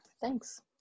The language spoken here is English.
Thanks